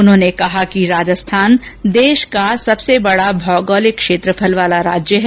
उन्होंने कहा कि राजस्थान देश का सबसे बड़ा भौगोलिक क्षेत्रफल वाला राज्य है